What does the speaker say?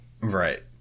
Right